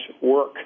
work